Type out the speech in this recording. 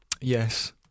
Yes